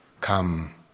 Come